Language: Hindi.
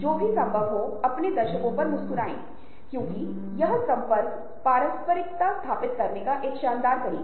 और यह नेटवर्किंग की अवधारणा के बिना लेनदेन की अवधारणा के बिना संभव नहीं होगा